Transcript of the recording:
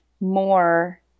more